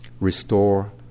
restore